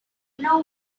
know